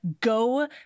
go